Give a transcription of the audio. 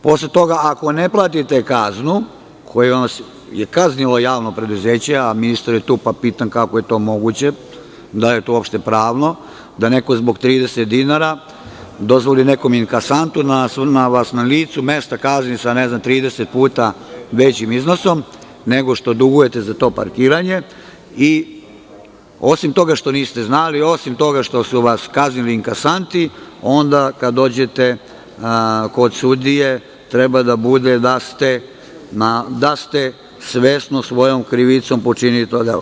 Posle toga, ako ne platite kaznu kojom vas je kaznilo javno preduzeće, a ministar je tu pa pitam kako je to moguće, da li je to uopšte pravno, da neko zbog 30 dinara dozvoli nekom inkasantu da vas na licu mesta kazni sa, ne znam, 30 puta većim iznosom nego što dugujete za to parkiranje i osim toga što niste znali, osim toga što su vas kaznili inkasanti, onda kad dođete kod sudije, treba da bude da ste svesno, svojom krivicom počinili to delo.